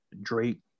Drake